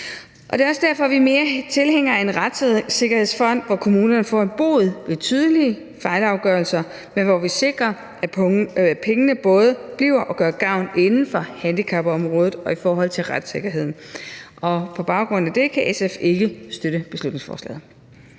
Det er også derfor, vi mere er tilhængere af en retssikkerhedsfond, hvor kommunerne får en bod ved tydelige fejlafgørelser, men hvor vi sikrer, at pengene både bliver og gør gavn inden for handicapområdet og i forhold til retssikkerheden. På baggrund af det kan SF ikke støtte beslutningsforslaget.